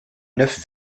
neuf